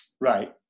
Right